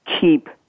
keep